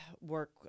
work